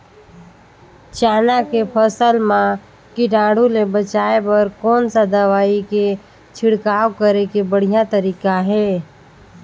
चाना के फसल मा कीटाणु ले बचाय बर कोन सा दवाई के छिड़काव करे के बढ़िया तरीका हे?